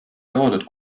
toodud